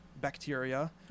bacteria